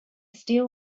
steel